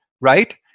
right